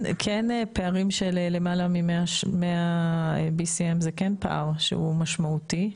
פערים של למעלה מ-100 BCM זה כן פער שהוא משמעותי,